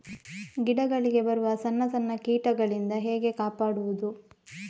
ಗಿಡಗಳಿಗೆ ಬರುವ ಸಣ್ಣ ಸಣ್ಣ ಕೀಟಗಳಿಂದ ಹೇಗೆ ಕಾಪಾಡುವುದು?